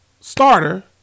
Starter